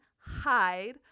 Hide